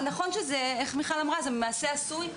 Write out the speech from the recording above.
כמו שמיכל אמרה, זה מעשה עשוי,